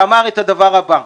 ואמר את הדבר הבא: